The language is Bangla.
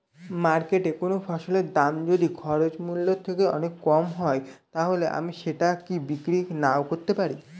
মার্কেটৈ কোন ফসলের দাম যদি খরচ মূল্য থেকে কম হয় তাহলে আমি সেটা কি বিক্রি নাকরতেও পারি?